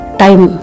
time